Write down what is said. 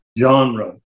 Genre